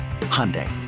Hyundai